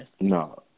No